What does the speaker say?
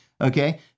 Okay